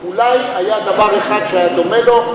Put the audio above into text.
אולי היה דבר אחד שהיה דומה לו,